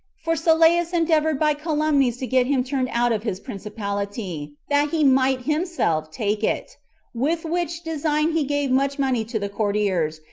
for sylleus endeavored by calumnies to get him turned out of his principality, that he might himself take it with which design he gave much money to the courtiers,